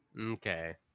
Okay